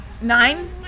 Nine